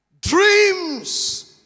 dreams